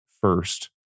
first